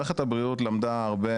מערכת הבריאות למדה הרבה